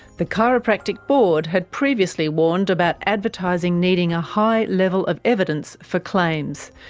the chiropractic board had previously warned about advertising needing a high level of evidence for claims,